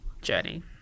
journey